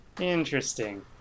Interesting